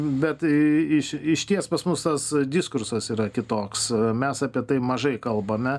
bet iš išties pas mus tas diskursas yra kitoks mes apie tai mažai kalbame